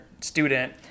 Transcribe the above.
student –